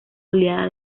oleada